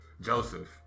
Joseph